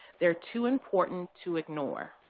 they are too important to ignore.